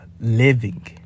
living